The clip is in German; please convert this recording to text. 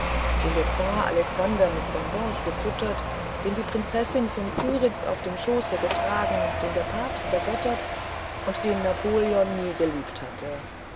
den der zar alexander mit bonbons gefüttert den die prinzessin von kyritz auf dem schoße getragen den der papst vergöttert und den napoleon nie geliebt hatte